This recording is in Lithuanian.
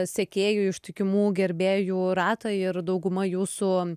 sekėjų ištikimų gerbėjų ratą ir dauguma jūsų